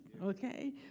Okay